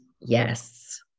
yes